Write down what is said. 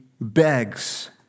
begs